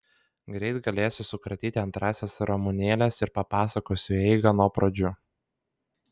greit galėsiu sukratyti antrąsias ramunėles ir papasakosiu eigą nuo pradžių